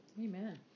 amen